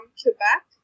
Quebec